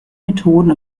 methoden